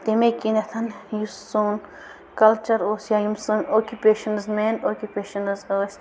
تمے کِنیٚتھ یُس سون کلچر اوس یا یِم سٲنۍ آکِپیشنٕز مین آکِپیشنٕز ٲسۍ